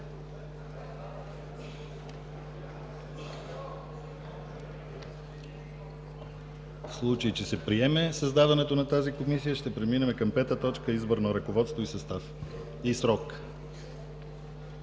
В случай, че се приеме създаването на тази Комисия, ще преминем към пета точка – избор на ръководство и състав.